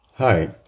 Hi